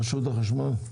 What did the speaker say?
רשות החשמל,